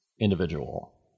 individual